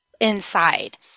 inside